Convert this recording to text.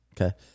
Okay